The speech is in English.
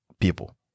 people